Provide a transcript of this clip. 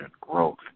growth